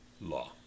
law